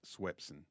Swepson